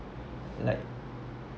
like